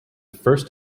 first